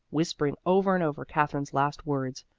whispering over and over katherine's last words,